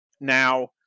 now